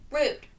rude